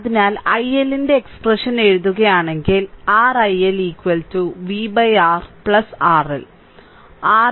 അതിനാൽ iL ന്റെ expression എഴുതുകയാണെങ്കിൽ r iL v R RL